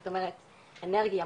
אנרגיה,